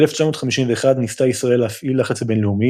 ב-1951 ניסתה ישראל להפעיל לחץ בינלאומי